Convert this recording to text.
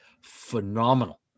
phenomenal